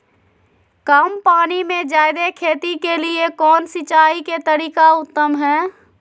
कम पानी में जयादे खेती के लिए कौन सिंचाई के तरीका उत्तम है?